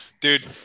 dude